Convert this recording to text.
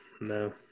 no